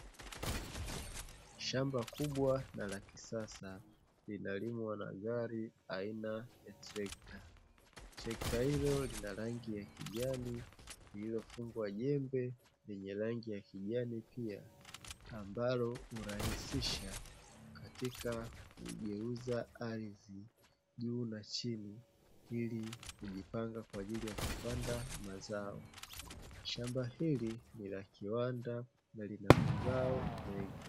Shamba kubwa na la kisasa linalimwa na gari aina ya trekta. Trekta hilo lina rangi ya kijani iliyofungwa jembe lenye rangi ya kijani pia, ambalo hurahisisha katika kugeuza ardhi juu na chini, ili kujipanga kwa ajili ya kupata mazao. Shamba hili lina kiwanda na lina mazao mengi.